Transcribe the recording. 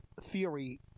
theory